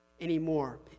anymore